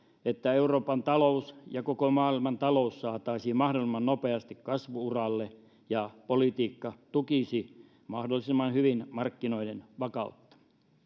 että euroopan talous ja koko maailmantalous saataisiin mahdollisimman nopeasti kasvu uralle ja politiikka tukisi mahdollisimman hyvin markkinoiden vakautta